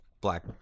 black